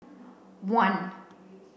one